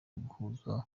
guhuza